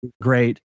great